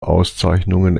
auszeichnungen